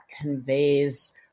conveys